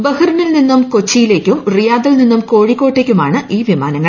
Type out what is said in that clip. ബഹ്റിനിൽ നിന്നും കൊച്ചിയിലേക്കും റിയാദിൽ നിന്നും കോഴിക്കോട്ടേയ്ക്കുമാണ് ഈ വിമാനങ്ങൾ